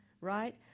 right